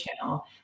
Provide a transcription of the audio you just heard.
Channel